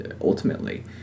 ultimately